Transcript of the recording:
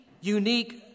unique